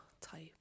type